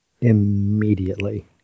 Immediately